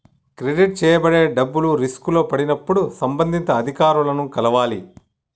credit చేయబడే డబ్బులు రిస్కులో పడినప్పుడు సంబంధిత అధికారులను కలవాలి